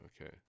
okay